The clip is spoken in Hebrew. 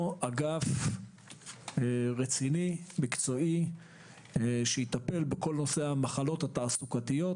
אגף מקצועי רציני שיטפל בכל נושא המחלות התעסוקתיות